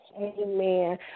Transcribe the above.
Amen